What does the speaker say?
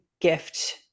gift